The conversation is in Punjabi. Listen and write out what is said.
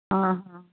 ਹਾਂ ਹਾਂ